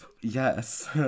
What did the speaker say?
Yes